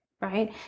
right